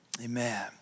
amen